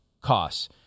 costs